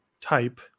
type